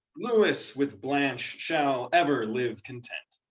lewis with blanche shall ever live content.